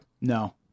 no